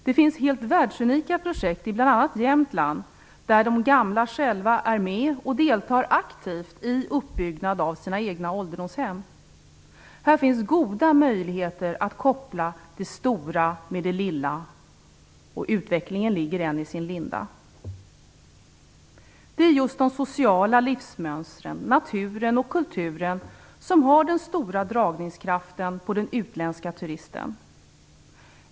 Det finns helt världsunika projekt i bl.a. Jämtland där de gamla själva är med och deltar aktivt i uppbyggnad av sina egna ålderdomshem. Här finns det goda möjligheter att koppla det stora med det lilla, och utvecklingen ligger ännu i sin linda. Det är just de sociala livsmönstren, naturen och kulturen som har den stora dragningskraften på den utländska turisten.